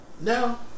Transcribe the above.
No